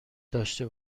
داشته